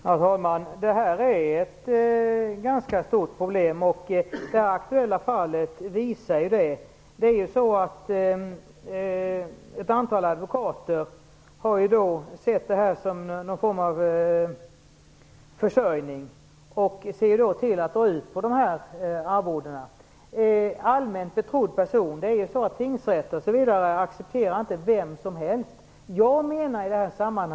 Herr talman! Det här är ett ganska stort problem, vilket visas av det aktuella fallet. Ett antal advokater har sett detta som ett slags försörjningskälla och ser till att dra ut på uppdragen. Tingsrätter m.fl. accepterar inte vem som helst som allmänt betrodd person.